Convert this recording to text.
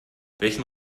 welchen